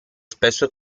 spesso